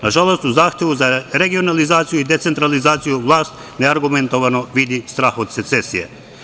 Nažalost, u zahtevu za regionalizaciju i decentralizaciju vlast neargumentovano vidi strah od secesije.